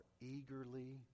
eagerly